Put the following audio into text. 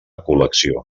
col·lecció